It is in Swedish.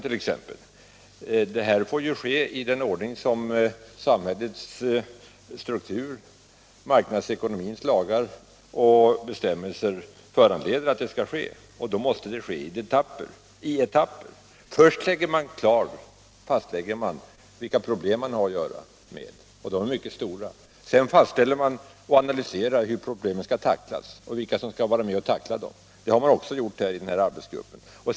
Detta få ske — om det blir aktuellt — i den ordning som samhällsstruktur, marknadsekonomins lagar och bestämmelser föranleder. Arbetssättet i detta fall måste vara att man först framlägger vilka problem man har att göra med — och de är mycket stora. Sedan fastställer man och analyserar hur problemen skall tacklas och vilka som skall vara med och tackla dem — det har man också med den här arbetsgruppen gjort.